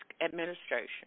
administration